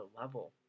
level